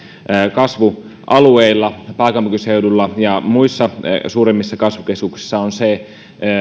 kasvualueilla pääkaupunkiseudulla ja muissa suuremmissa kasvukeskuksissa on